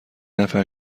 نفر